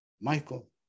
Michael